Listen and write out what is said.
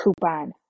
coupon